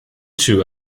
chew